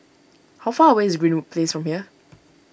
how far away is Greenwood Place from here